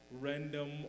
random